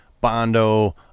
Bondo